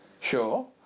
Sure